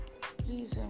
Please